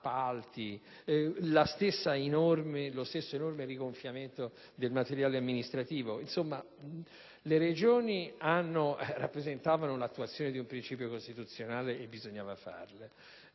consulenze, appalti e l'enorme rigonfiamento del materiale amministrativo. Insomma, le Regioni rappresentavano l'attuazione di un principio costituzionale e, quindi, bisognava farle.